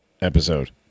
episode